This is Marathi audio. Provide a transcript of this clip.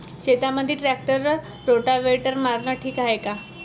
शेतामंदी ट्रॅक्टर रोटावेटर मारनं ठीक हाये का?